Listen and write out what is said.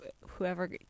whoever